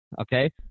okay